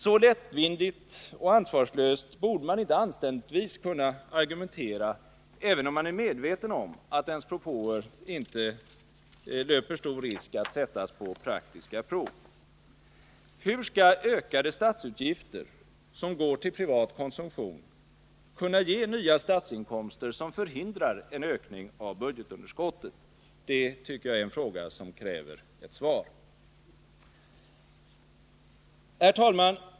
Så lättvindigt och ansvarslöst borde man inte anständigtvis kunna argumentera, även om man är medveten om att ens propåer inte löper stor risk att sättas på praktiska prov! Hur skall ökade statsutgifter, som går till privat konsumtion, kunna ge nya statsinkomster som förhindrar en ökning av budgetunderskottet? Det tycker jag är en fråga som kräver ett svar. Herr talman!